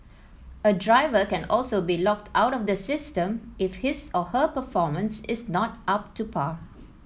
a driver can also be locked out of the system if his or her performance is not up to par